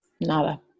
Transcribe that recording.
Nada